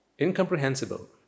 incomprehensible